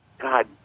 God